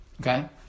Okay